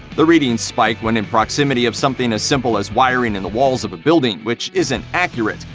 the readings spike when in proximity of something as simple as wiring in the walls of a building, which isn't accurate,